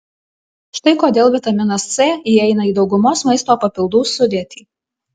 štai kodėl vitaminas c įeina į daugumos maisto papildų sudėtį